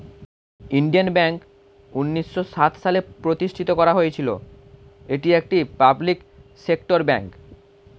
Indian bank উন্নিশো সাত সালে প্রতিষ্ঠিত করা হয়েছিল, এটি একটি পাবলিক সেক্টর ব্যাঙ্ক